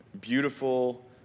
beautiful